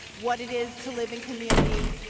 what it is to live in community,